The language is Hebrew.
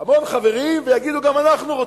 המון חברים ויגידו: גם אנחנו רוצים.